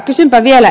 kysynpä vielä